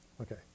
Okay